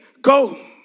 go